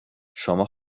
شما